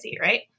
right